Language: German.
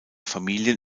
familien